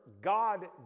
God